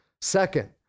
Second